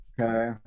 Okay